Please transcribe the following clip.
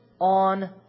on